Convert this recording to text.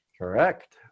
Correct